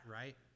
right